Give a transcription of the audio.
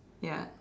ya